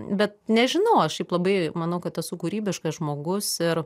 bet nežinau aš šiaip labai manau kad esu kūrybiškas žmogus ir